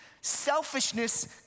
Selfishness